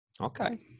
okay